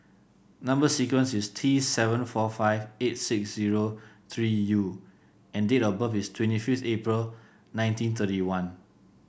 number sequence is T seven four five eight six zero three U and date of birth is twenty fifth April nineteen thirty one